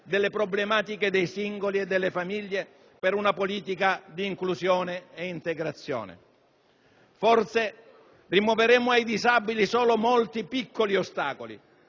delle problematiche dei singoli e delle famiglie, per una politica di inclusione e integrazione. Forse rimuoveremo ai disabili solo molti piccoli ostacoli